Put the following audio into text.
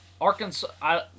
Arkansas